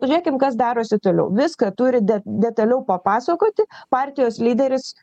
pažiūrėkim kas darosi toliau viską turi de detaliau papasakoti partijos lyderis